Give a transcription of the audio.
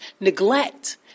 neglect